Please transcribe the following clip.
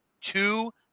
two